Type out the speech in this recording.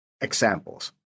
examples